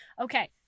Okay